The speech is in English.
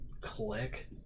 Click